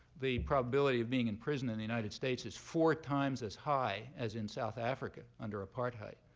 the probability of being in prison in the united states is four times as high as in south africa under apartheid.